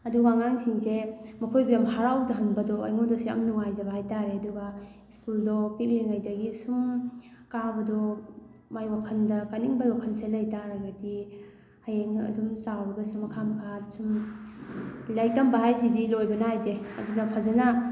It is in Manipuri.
ꯑꯗꯨꯒ ꯑꯉꯥꯡꯁꯤꯡꯁꯦ ꯃꯈꯣꯏꯕꯨ ꯌꯥꯝ ꯍꯔꯥꯎꯖꯍꯟꯕꯗꯣ ꯑꯩꯉꯣꯟꯗꯁꯨ ꯌꯥꯝ ꯅꯨꯡꯉꯥꯏꯖꯕ ꯍꯥꯏꯇꯥꯔꯦ ꯑꯗꯨꯒ ꯁ꯭ꯀꯨꯜꯗꯣ ꯄꯤꯛꯂꯤꯉꯩꯗꯒꯤ ꯁꯨꯝ ꯀꯥꯕꯗꯣ ꯃꯥꯏ ꯋꯥꯈꯜꯗ ꯀꯥꯅꯤꯡꯕꯩ ꯋꯥꯈꯜꯁꯦ ꯂꯩ ꯇꯥꯔꯒꯗꯤ ꯍꯌꯦꯡ ꯑꯗꯨꯝ ꯆꯥꯎꯔꯒꯁꯨ ꯃꯈꯥ ꯃꯈꯥ ꯁꯨꯝ ꯂꯥꯏꯔꯤꯛ ꯇꯝꯕ ꯍꯥꯏꯁꯤꯗꯤ ꯂꯣꯏꯕ ꯅꯥꯏꯗꯦ ꯑꯗꯨꯅ ꯐꯖꯅ